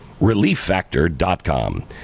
Relieffactor.com